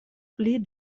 pli